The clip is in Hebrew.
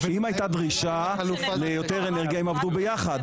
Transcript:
אם הייתה דרישה ליותר אנרגיה, הם עבדו ביחד.